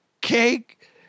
cake